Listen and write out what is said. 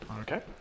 Okay